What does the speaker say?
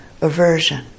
aversion